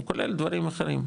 הוא כולל דברים אחרים,